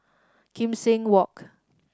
Kim Seng Walk